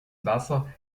wasser